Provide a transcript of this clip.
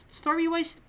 story-wise